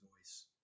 voice